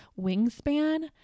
wingspan